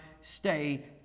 stay